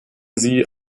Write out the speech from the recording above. sie